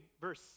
verse